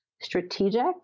strategic